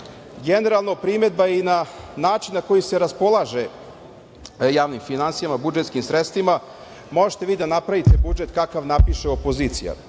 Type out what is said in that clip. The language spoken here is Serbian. ranije. Generalno primedba i na način na koji se raspolaže javnim finansijama, budžetskim sredstvima možete vi da napravite budžet kakav napiše opozicija